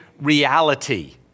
Reality